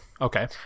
okay